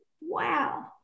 wow